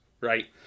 right